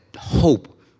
hope